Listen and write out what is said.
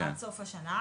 עד סוף השנה,